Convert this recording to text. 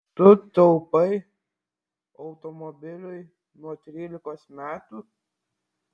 tu taupai automobiliui nuo trylikos metų